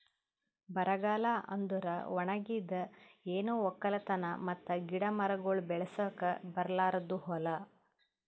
ಬರಗಾಲ ಅಂದುರ್ ಒಣಗಿದ್, ಏನು ಒಕ್ಕಲತನ ಮತ್ತ ಗಿಡ ಮರಗೊಳ್ ಬೆಳಸುಕ್ ಬರಲಾರ್ದು ಹೂಲಾ